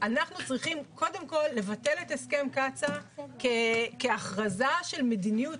אנחנו צריכים קודם כל לבטל את הסכם קצא"א כהכרזה של מדיניות,